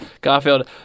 Garfield